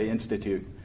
Institute